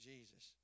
Jesus